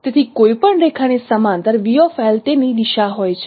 તેથી કોઈપણ રેખાની સમાંતર તેની દિશા હોય છે